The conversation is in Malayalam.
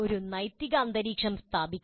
ഒരു നൈതിക അന്തരീക്ഷം സ്ഥാപിക്കുക